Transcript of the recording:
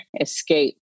escape